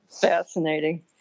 Fascinating